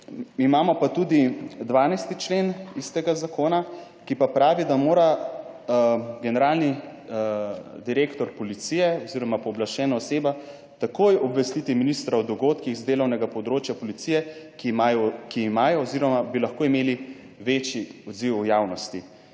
Imamo pa tudi 12. člen iz tega zakona, ki pa pravi, da mora generalni direktor policije oziroma pooblaščena oseba takoj obvestiti ministra o dogodkih z delovnega področja policije, ki imajo, ki imajo oziroma bi lahko imeli večji odziv v javnosti.